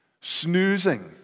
Snoozing